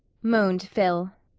moaned phil.